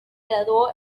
graduó